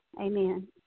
Amen